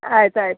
ಆಯ್ತು ಆಯಿತು